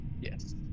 Yes